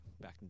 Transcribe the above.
back